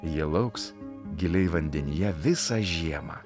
jie lauks giliai vandenyje visą žiemą